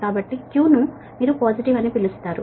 కాబట్టి Q ను మీరు పాజిటివ్ అని పిలుస్తారు